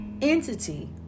entity